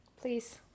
Please